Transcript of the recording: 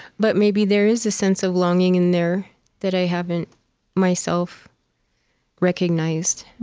but maybe there is a sense of longing in there that i haven't myself recognized